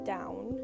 Down